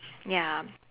ya